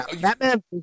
Batman